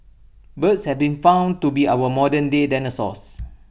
birds has been found to be our modernday dinosaurs